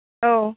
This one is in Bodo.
औ